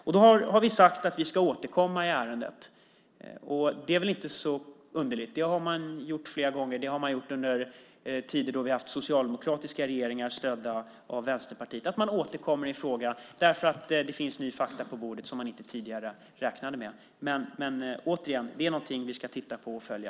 Vi har sagt att vi ska återkomma i ärendet. Det är väl inte så underligt? Det har man gjort flera gånger. Det har man gjort under tider då vi har haft socialdemokratiska regeringar stödda av Vänsterpartiet. Man återkommer i en fråga därför att det finns nya fakta på bordet som man inte tidigare räknade med. Det är någonting som vi ska titta på och följa.